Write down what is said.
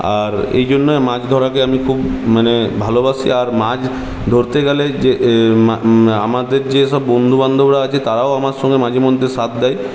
আর এইজন্যে মাছ ধরাকে আমি খুব মানে ভালোবাসি আর মাছ ধরতে গেলে যে আমাদের যেসব বন্ধু বান্ধবরা আছে তারাও আমার সঙ্গে মাঝে মধ্যে সাথ দেয়